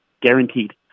Guaranteed